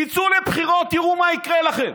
תצאו לבחירות, תראו מה יקרה לכם.